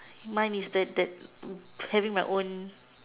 mine is that that having my own